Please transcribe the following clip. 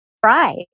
fried